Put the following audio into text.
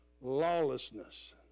lawlessness